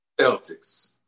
Celtics